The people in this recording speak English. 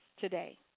today